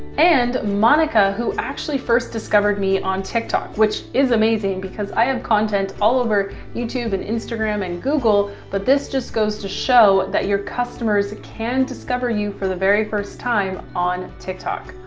and monica, who actually first discovered me on tiktok, which is amazing because i have content all over youtube and instagram and google. but this just goes to show that your customers can discover you for the very first time on tiktok.